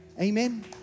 Amen